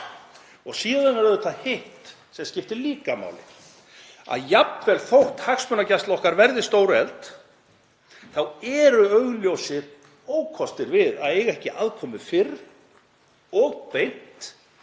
Síðan er auðvitað hitt sem skiptir líka máli, að jafnvel þótt hagsmunagæsla okkar verði stórefld þá eru augljósir ókostir við að eiga ekki aðkomu fyrr og beint